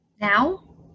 Now